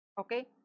okay